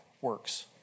works